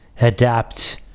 adapt